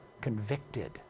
convicted